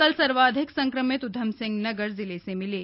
कल सर्वाधिक संक्रमित ऊधमसिंह नगर में मिले